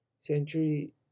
century